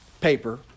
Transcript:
paper